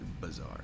bizarre